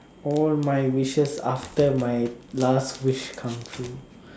all my wishes after my last wish come true